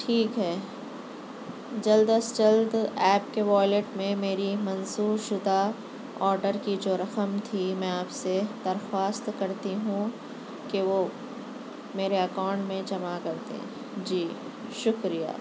ٹھیک ہے جلد از جلد ایپ کے والیٹ میں میری منسوخ شدہ آرڈر کی جو رقم تھی میں آپ سے درخواست کرتی ہوں کہ وہ میرے اکاؤنٹ میں جمع کر دیں جی شکریہ